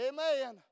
Amen